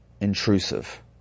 intrusive